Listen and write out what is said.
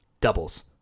doubles